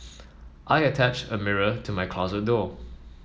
I attached a mirror to my closet door